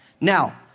Now